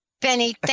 Benny